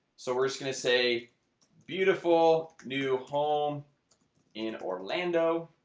so we're just gonna say beautiful new home in orlando